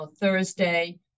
Thursday